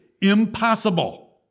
impossible